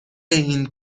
این